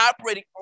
operating